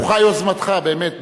ברוכה יוזמתך, באמת.